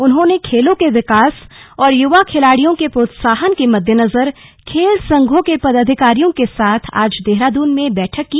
उन्होंने खेलों के विकास और युवा खिलाड़ियों के प्रोत्साहन के मद्देनजर खेल संघों के पदाधिकारियों के साथ आज देहरादून में बैठक की